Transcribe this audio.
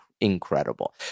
incredible